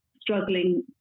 struggling